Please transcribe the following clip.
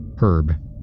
Herb